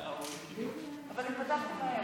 אבל התפתחתי מהר.